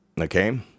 Okay